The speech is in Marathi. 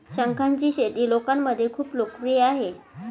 शंखांची शेती लोकांमध्ये खूप लोकप्रिय आहे